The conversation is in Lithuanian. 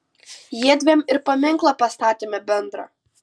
jiedviem ir paminklą pastatėme bendrą